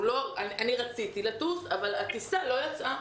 רציתי לטוס אבל הטיסה לא יצאה.